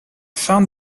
found